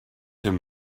him